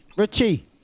Richie